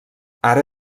ara